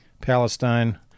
Palestine